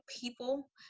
people